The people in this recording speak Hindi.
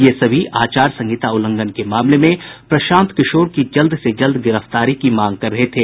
ये सभी आचारसंहिता उल्लंघन के मामले में प्रशांत किशोर की जल्द से जल्द गिरफ्तारी की मांग कर रहे थे